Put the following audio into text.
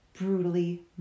brutally